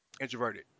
introverted